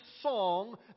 song